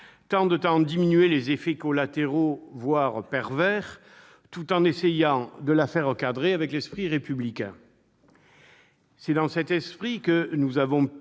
tendent à en diminuer les effets collatéraux, voire pervers, tout en essayant de la faire cadrer avec l'esprit républicain. C'est dans cet esprit que nous avons publié